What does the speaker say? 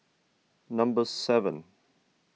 number seven